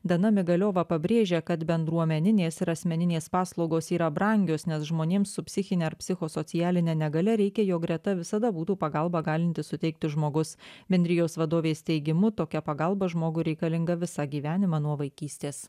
dana migaliova pabrėžia kad bendruomeninės ir asmeninės paslaugos yra brangios nes žmonėms su psichine ar psichosocialine negalia reikia jog greta visada būtų pagalbą galintis suteikti žmogus bendrijos vadovės teigimu tokia pagalba žmogui reikalinga visą gyvenimą nuo vaikystės